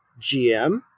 GM